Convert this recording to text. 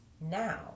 now